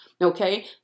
Okay